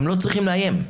הם לא צריכים לאיים.